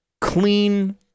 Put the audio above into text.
clean